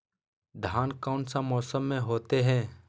धान कौन सा मौसम में होते है?